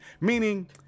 meaning